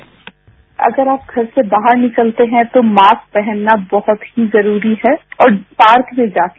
bite अगर आप घर से बाहर निकलते हैं तो मास्क पहनना बहत ही जरूरी है और पार्क में जाकर